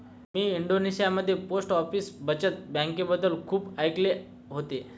मी इंडोनेशियामध्ये post office बचत बँकेबद्दल खूप ऐकले होते